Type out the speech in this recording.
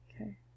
Okay